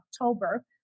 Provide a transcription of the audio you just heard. October